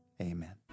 Amen